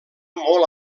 molt